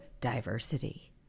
diversity